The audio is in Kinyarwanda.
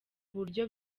buryo